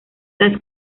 las